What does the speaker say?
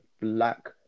Black